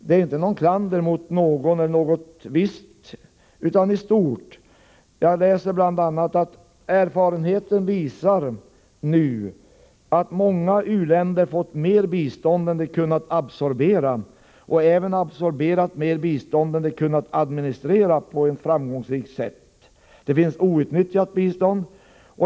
Det här är inte klander mot någon, utan klander i stort. I artikeln står det bl.a.: ”Erfarenheten visar nu att många u-länder har fått mer bistånd än de kunnat absorbera och även absorberat mer bistånd än de kunnat administrera på ett framgångsrikt sätt.” Det påpekas att det finns outnyttjat bistånd.